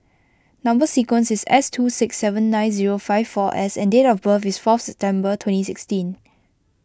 Number Sequence is S two six seven nine zero five four S and date of birth is fourth September twenty sixteen